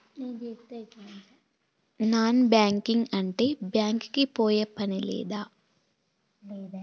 Non banking అంటే bank కి పోయే పని లేదా?